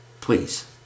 please